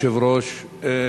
כבוד היושב-ראש,